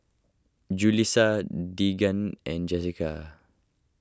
Julissa Deegan and Jessica